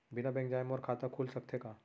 बिना बैंक जाए मोर खाता खुल सकथे का?